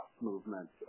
movement